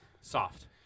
soft